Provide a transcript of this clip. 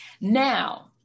Now